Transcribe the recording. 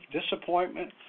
disappointment